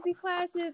classes